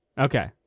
Okay